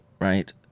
right